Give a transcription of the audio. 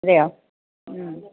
അതെയോ മ്മ്